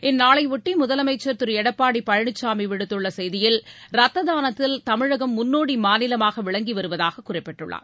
இந்நாளையொட்டிமுதலமைச்சர் திருஎடப்பாடிபழனிசாமிவிடுத்துள்ளசெய்தியில் ரத்ததானத்தில் தமிழகம் முன்னோடிமாநிலமாகவிளங்கிவருவதாகக் குறிப்பிட்டுள்ளார்